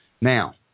Now